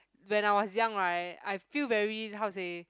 when I was young right I feel very how to say